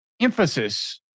emphasis